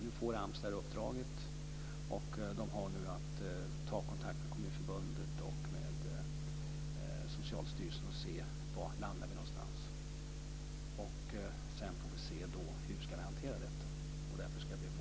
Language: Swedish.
Nu får AMS detta uppdrag, och man har att ta kontakt med Kommunförbundet och med Socialstyrelsen för att se var man landar. Sedan får vi se hur vi ska hantera detta. Därför ska jag be att få återkomma till detta.